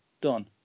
done